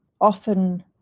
often